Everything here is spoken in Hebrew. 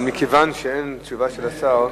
אבל מכיוון שאין תשובה של השר,